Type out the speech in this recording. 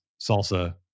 salsa